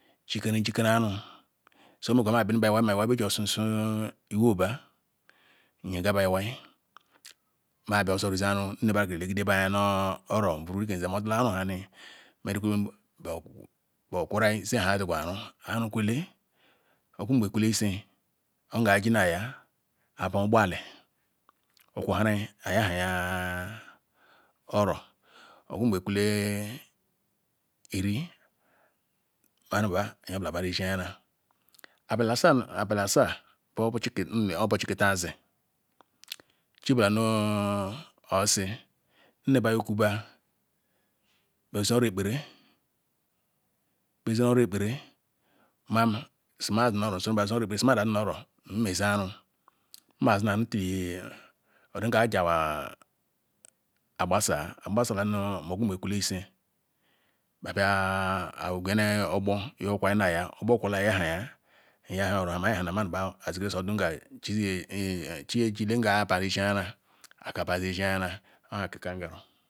Uikere njikere aru so omekwa iwai eji su iwei bah nyega bah iwai nmabia ozorizor aru elegide bah anya na oro wuru nkem ze mab dula adu ham ni beh kwuoto ayi zeh ayi ziga aru ayi rukwele okungbe kula ise nga aji na ahia iyiba ogbor ali okwor nhaysha oro oku nghe kule lri manubsh nyen bula nzi-arira Abali asa- abali asa boh bu chicken zi chibola nu osiri nne bah neh oku bah beh ezeh oro- ekpere nma mazi noh oro besi ma daziri nu-oro meh zeh anu nmazila till ordinaka akam agbasa ayi gbasa bah bja ogwa- nyea ogbor agbor kwola nhayaha nbia oro manu bah chiyejile aje arira orhakam garu